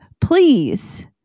Please